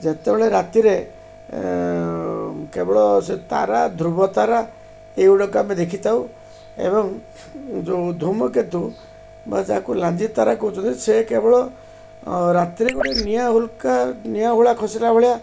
ଯେତେବେଳେ ରାତିରେ କେବଳ ସେ ତାରା ଧ୍ରୁବ ତାରା ଏଇଗୁଡ଼ିକ ଆମେ ଦେଖିଥାଉ ଏବଂ ଯେଉଁ ଧୁମ କେତୁ ବା ତାକୁ ଲାଞ୍ଜି ତାରା କହୁଛନ୍ତି ସେ କେବଳ ରାତିରେ ଗୋଟେ ନିଆଁ ହୁଳକା ନିଆଁହୁୁଳା ଖସିଲା ଭଳିଆ